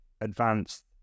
advanced